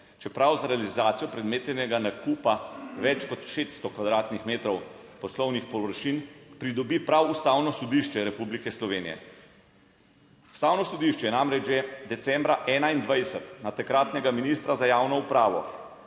čeprav z realizacijo predmetnega nakupa več kot 600 m2 poslovnih površin pridobi prav Ustavno sodišče Republike Slovenije. Ustavno sodišče je namreč že decembra 2021 na takratnega ministra za javno upravo,